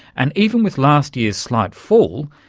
and even with last year's slight fall,